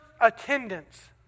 attendance